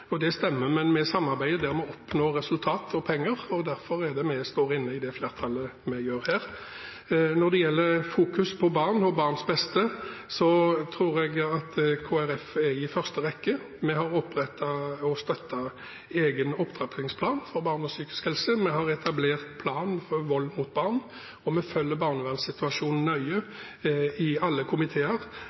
ferjetilskudd? Det stemmer, men vi samarbeider der vi oppnår resultater og penger, og det er derfor vi står inne i det flertallet som vi her gjør. Når det gjelder fokus på barn og barns beste, tror jeg Kristelig Folkeparti er i første rekke. Vi har opprettet og støttet egen opptrappingsplan for barn og unges psykiske helse, vi har etablert en plan for vold mot barn, vi følger barnevernssituasjonen nøye i alle komiteer,